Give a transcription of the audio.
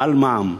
על מע"מ.